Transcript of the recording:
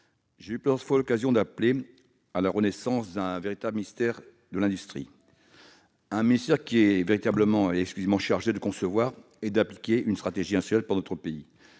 j'ai eu plusieurs fois l'occasion d'en appeler à la renaissance d'un véritable ministère de l'industrie, c'est-à-dire d'un ministère exclusivement chargé de concevoir et d'appliquer une stratégie industrielle pour notre pays.